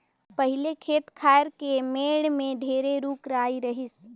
पहिले खेत खायर के मेड़ में ढेरे रूख राई रहिस